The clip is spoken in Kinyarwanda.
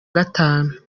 gatanu